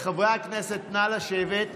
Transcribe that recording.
חברי הכנסת, נא לשבת.